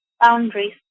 boundaries